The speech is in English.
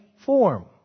form